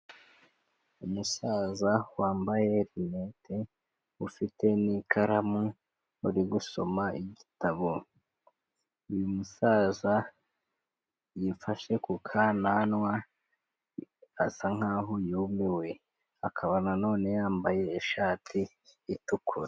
Umusaza wambaye rinete ufite n'ikaramu uri gusoma igitabo, uyu musaza yifashe ku kananwa asa nk'aho yumiwe, akaba nanone yambaye ishati itukura.